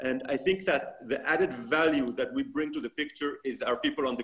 ונגד האמירה שציונות היא גזענות.